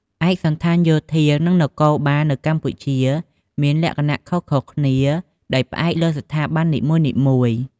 ឯកសណ្ឋានយោធា និងនគរបាលនៅកម្ពុជាមានលក្ខណៈខុសៗគ្នាដោយផ្អែកលើស្ថាប័ននីមួយៗ។